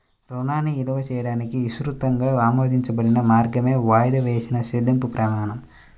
రుణాన్ని విలువ చేయడానికి విస్తృతంగా ఆమోదించబడిన మార్గమే వాయిదా వేసిన చెల్లింపు ప్రమాణం